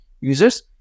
users